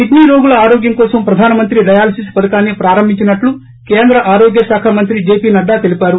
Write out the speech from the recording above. కిడ్పీ రోగుల ఆరోగ్యం కోసం ప్రధాన మంత్రి డయాలసిస్ పధకాన్ని ప్రారంభించినట్లు కేంద్ర ఆరోగ్య శాఖ మంత్రి జెపి నడ్డా తెలిపారు